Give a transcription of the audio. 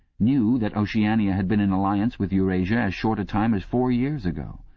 knew that oceania had been in alliance with eurasia as short a time as four years ago.